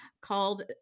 called